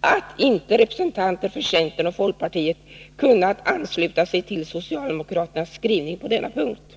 att inte representanter för centern och folkpartiet kunnat ansluta sig till socialdemokraternas skrivning på denna punkt.